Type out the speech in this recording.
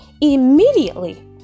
immediately